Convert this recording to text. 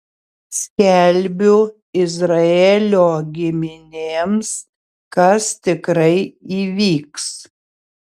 skelbiu izraelio giminėms kas tikrai įvyks